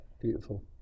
Beautiful